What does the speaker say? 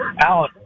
Alan